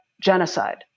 genocide